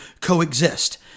coexist